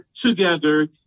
together